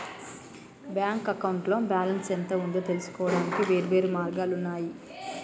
bank అకౌంట్లో balance ఎంత ఉందో తెలుసుకోవడానికి వేర్వేరు మార్గాలు ఉన్నయి